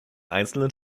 einzelnen